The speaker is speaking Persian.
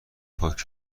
پاک